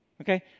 Okay